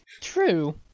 True